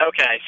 okay